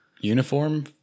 uniform